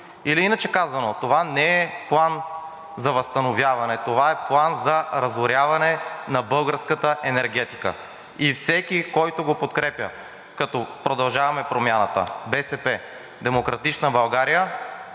г. Иначе казано, това не е План за възстановяване, а това е план за разоряване на българската енергетика и всеки, който го подкрепя – като „Продължаваме Промяната“, БСП, „Демократична България“,